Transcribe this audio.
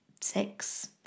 six